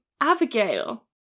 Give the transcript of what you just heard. Abigail